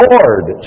Lord